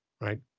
right